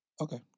Okay